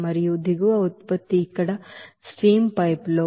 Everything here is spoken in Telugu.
మరియు దిగువ ఉత్పత్తి ఇక్కడ స్ట్రీమ్ పైపులో ఉష్ణోగ్రత 98